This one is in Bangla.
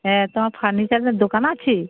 হ্যাঁ তোমার ফার্নিচারের দোকান আছে